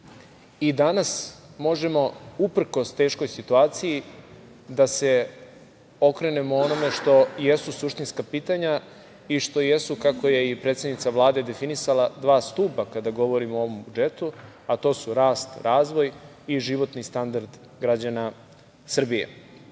godine. Danas možemo uprkos teškoj situaciji da se okrenemo onome što jesu suštinska pitanja i što jesu kako je i predsednica Vlade definisala, dva stuba kada govorimo o ovom budžetu, a to su rast i razvoj i životni standard građana Srbije. Ne